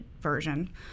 version